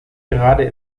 gerade